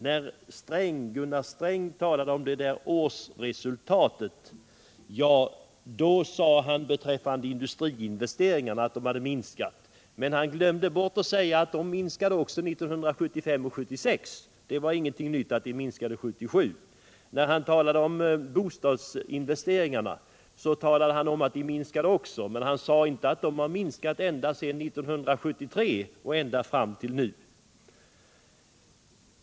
När Gunnar Sträng talade om årsresultatet sade han beträffande instriinvesteringarna att de hade minskat, men han glömde bort att säga att de minskade också 1975 och 1976. Det var ingenting nytt att de minskade 1977. Gunnar Sträng talade även om bostadsinvesteringarna och sade att de minskade också. Men han sade inte att de har minskat ända sedan 1973 fram till nu.